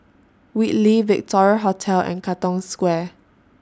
Whitley Victoria Hotel and Katong Square